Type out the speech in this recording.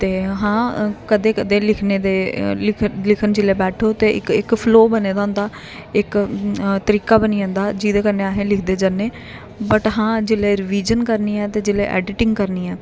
ते हां कदें कदें लिखने दे लिखन जेल्लै बैठो ते इक इक फ्लो बने दा होंदा इक तरीका बनी जंदा जेह्दे कन्नै अस लिखदे जन्ने वट हां जेल्लै रिवीजन करनी होऐ ते जेल्लै एडिटिंग करनी ऐ ते